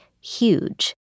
huge